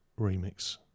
remix